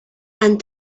and